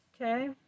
Okay